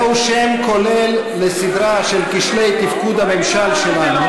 זה שם כולל לסדרה של כשלי תפקוד הממשל שלנו,